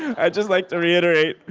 i'd just like to reiterate,